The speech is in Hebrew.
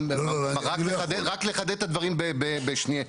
רק לחדד את הדברים, שנייה.